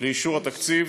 לאישור התקציב,